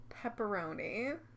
Pepperoni